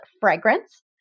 fragrance